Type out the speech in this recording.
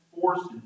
forces